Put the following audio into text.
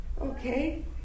Okay